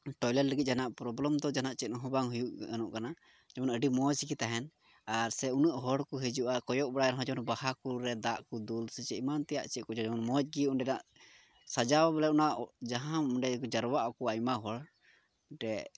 toilet ᱞᱟᱹᱜᱤᱫ ᱡᱟᱦᱟᱱᱟᱜ problem ᱫᱚ ᱡᱟᱦᱟᱱᱟᱜ ᱪᱮᱫ ᱦᱚᱸ ᱵᱟᱝ ᱦᱩᱭᱩᱜ ᱠᱟᱱᱟ ᱡᱮᱢᱚᱱ ᱟᱹᱰᱤ ᱢᱚᱡᱽ ᱜᱮ ᱛᱟᱦᱮᱱ ᱟᱨ ᱥᱮ ᱩᱱᱟᱹᱜ ᱦᱚᱲ ᱠᱚ ᱦᱤᱡᱩᱜᱼᱟ ᱠᱚᱭᱚᱜ ᱵᱟᱲᱟᱭ ᱨᱮᱦᱚᱸ ᱡᱮᱢᱚᱱ ᱵᱟᱦᱟ ᱠᱚᱨᱮ ᱫᱟᱜ ᱠᱚ ᱫᱩᱞ ᱥᱮ ᱮᱢᱟᱱ ᱛᱮᱭᱟᱜ ᱪᱮᱫ ᱠᱚᱪᱚ ᱢᱚᱡᱽ ᱜᱮ ᱚᱸᱰᱮᱱᱟᱜ ᱥᱟᱡᱟᱣ ᱵᱚᱞᱮ ᱚᱱᱟ ᱡᱟᱦᱟᱸ ᱚᱸᱰᱮ ᱡᱟᱨᱣᱟᱜ ᱟᱠᱚ ᱟᱭᱢᱟ ᱦᱚᱲ ᱢᱤᱫᱴᱮᱡ